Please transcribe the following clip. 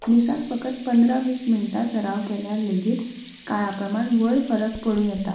दिसाक फकत पंदरा वीस मिनटां सराव केल्यार लेगीत काळा प्रमाण व्हड फरक पडूं येता